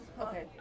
Okay